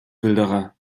wilderer